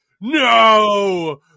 no